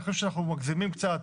אני חושב שאנחנו מגזימים קצת.